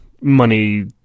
money